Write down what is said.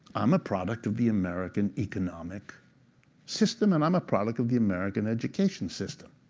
i'm a product of the american economic system. and i'm a product of the american education system.